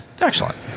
Excellent